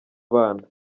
abana